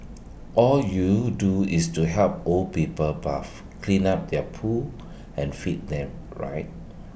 all you do is to help old people bathe clean up their poo and feed them right